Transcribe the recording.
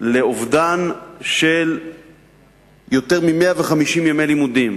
לאובדן של יותר מ-150 ימי לימודים.